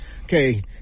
Okay